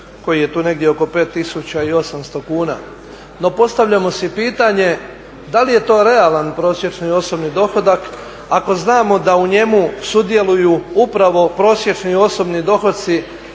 koji je tu negdje oko 5 800 kuna. No, postavljamo si pitanje da li je to realan prosječni osobni dohodak ako znamo da u njemu sudjeluju upravo prosječni osobni dohoci